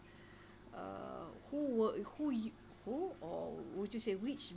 uh who work who you who or would you say which